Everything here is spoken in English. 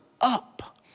up